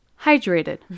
hydrated